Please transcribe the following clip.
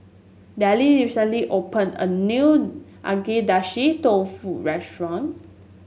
Dellie recently opened a new Agedashi Dofu restaurant